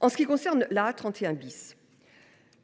En ce qui concerne l’A31 ,